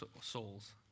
souls